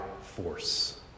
force